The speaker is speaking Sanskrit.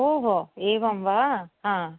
ओ हो एवं वा